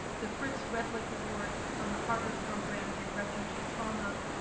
the fritz redlich award from the harvard program in refugee trauma,